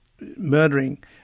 murdering